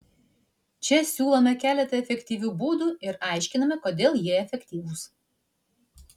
čia siūlome keletą efektyvių būdų ir aiškiname kodėl jie efektyvūs